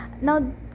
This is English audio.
now